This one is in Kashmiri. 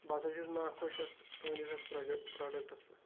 بہٕ ہَسا چھُس نا خۄش اَتھ تُہنٛدِس اَتھ پرٛوڈَکٹَس پٮ۪ٹھ